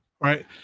Right